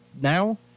now